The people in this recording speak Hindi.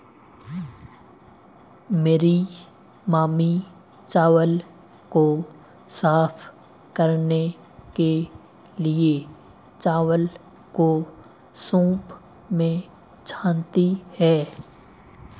मेरी मामी चावल को साफ करने के लिए, चावल को सूंप में छानती हैं